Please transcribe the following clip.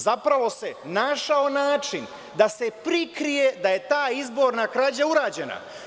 Zapravo se našao način da se prikrije da je ta izborna krađa urađena.